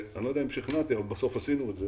אני לא יודע אם שכנעתי אבל בסוף עשינו את זה